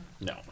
No